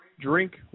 drink